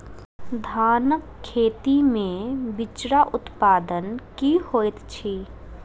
धान केँ खेती मे बिचरा उत्पादन की होइत छी?